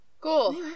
Cool